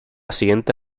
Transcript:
siguiente